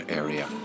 area